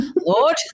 Lord